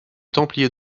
templiers